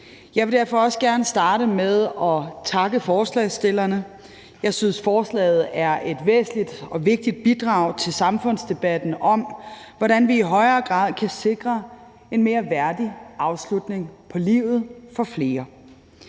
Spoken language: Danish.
Jeg vil derfor også gerne starte med at takke forslagsstillerne. Jeg synes, at forslaget er et væsentligt og vigtigt bidrag til samfundsdebatten om, hvordan vi i højere grad kan sikre en mere værdig afslutning på livet for flere.